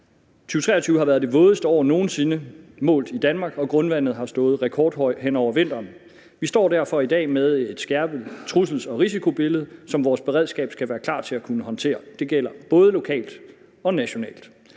2023 har været det vådeste år nogen sinde målt i Danmark, og grundvandet har stået rekordhøjt hen over vinteren. Vi står derfor i dag med et skærpet trussels- og risikobillede, som vores beredskab skal være klar til at kunne håndtere. Det gælder både lokalt og nationalt.